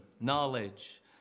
knowledge